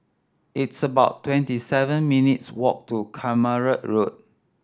it's about twenty seven minutes' walk to Keramat Road